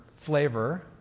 flavor